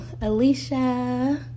Alicia